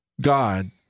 God